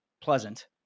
pleasant